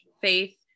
faith